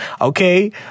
Okay